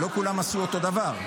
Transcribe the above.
לא כולם עשו אותו דבר.